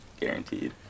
guaranteed